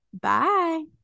Bye